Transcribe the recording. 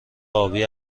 آبی